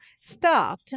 start